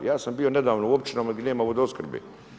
Ja sam bio nedavno u općinama gdje nema vodoopskrbe.